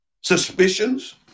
suspicions